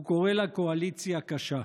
הוא קורא לה "קואליציה קשה".